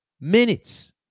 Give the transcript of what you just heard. minutes